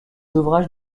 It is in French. ouvrages